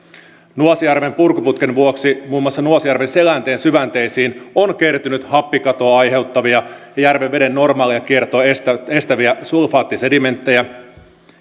nuasjärven purkuputken vuoksi muun muassa nuasjärven selänteen syvänteisiin on kertynyt happikatoa aiheuttavia ja järven veden normaalia kiertoa estäviä estäviä sulfaattisedimenttejä